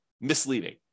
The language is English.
misleading